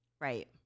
Right